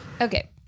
okay